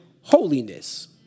holiness